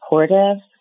supportive